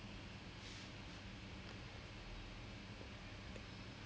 S_T_S is it the science technology thingy